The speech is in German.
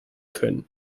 können